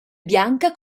bianca